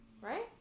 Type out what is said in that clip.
right